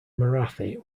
marathi